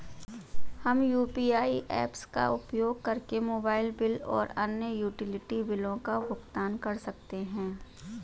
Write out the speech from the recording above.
हम UPI apps का उपयोग करके मोबाइल बिल और अन्य यूटिलिटी बिलों का भुगतान कर सकते हैं